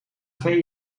twee